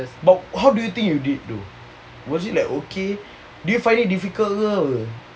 but how do you think you did though was it like okay did you find it difficult ke apa